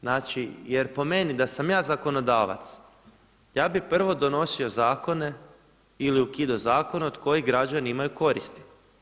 Znači jer po meni da sam ja zakonodavac ja bi prvo donosio zakone, ili ukidao zakone od kojih građani imaju koristi.